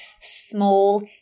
small